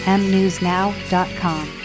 mnewsnow.com